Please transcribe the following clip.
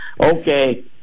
okay